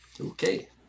Okay